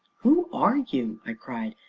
who are you? i cried,